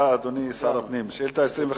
מזמין את שר הפנים להשיב על שאילתות.